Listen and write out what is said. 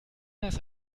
das